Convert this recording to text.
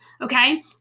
okay